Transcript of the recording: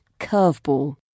Curveball